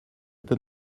peux